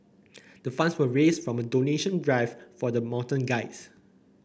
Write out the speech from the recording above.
the funds were raised from a donation drive for the mountain guides